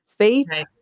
faith